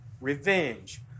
Revenge